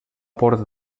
porta